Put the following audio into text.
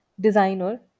designer